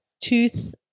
tooth